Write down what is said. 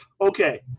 Okay